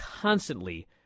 constantly